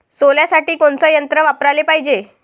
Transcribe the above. सोल्यासाठी कोनचं यंत्र वापराले पायजे?